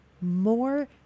more